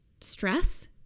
stress